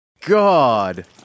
God